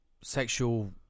Sexual